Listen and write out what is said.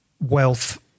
wealth